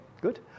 good